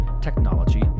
technology